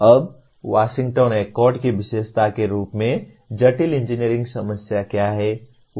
अब Washington Accord की विशेषता के रूप में जटिल इंजीनियरिंग समस्याएं क्या हैं